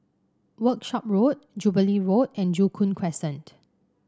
Workshop Road Jubilee Road and Joo Koon Crescent